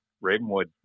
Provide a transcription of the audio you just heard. Ravenwood